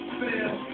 fail